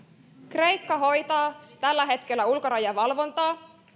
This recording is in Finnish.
kreikka hoitaa tällä hetkellä ulkorajavalvontaa